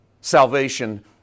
salvation